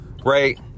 Great